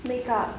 make-up